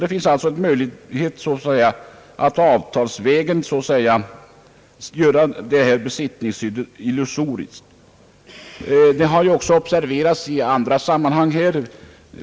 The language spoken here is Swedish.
Det finns alltså möjlighet att så att säga avtalsvägen göra detta besittningsskydd illusoriskt. Detta har också observerats i andra sammanhang.